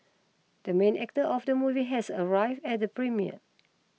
the main actor of the movie has arrived at the premiere